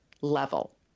level